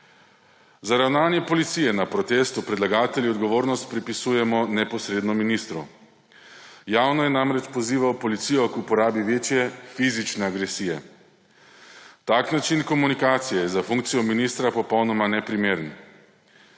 Za ravnanje policije na protestu predlagatelji odgovornost pripisujemo neposredno ministru. Javno je namreč pozival policijo k uporabi večje fizične agresije. Tak način komunikacije je za funkcijo ministra popolnoma neprimeren.